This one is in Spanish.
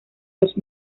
los